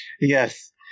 Yes